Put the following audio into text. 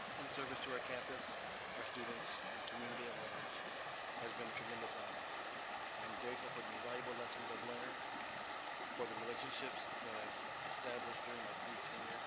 in service to our campus our students and community at large has been a tremendous honor i'm grateful for the invaluable lessons i've learned for the relationships that i've established during my brief tenure